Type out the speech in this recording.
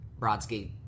Brodsky